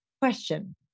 Question